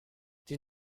die